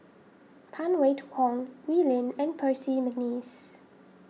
Phan Wait Hong Wee Lin and Percy McNeice